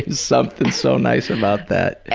something so nice about that.